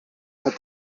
hat